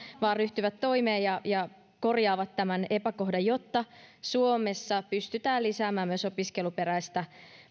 vaan ryhtyvät toimeen ja ja korjaavat tämän epäkohdan jotta suomessa pystytään lisäämään myös opiskeluperäistä